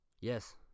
Yes